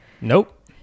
Nope